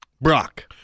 Brock